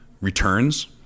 returns